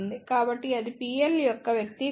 కాబట్టి అది Plయొక్క వ్యక్తీకరణ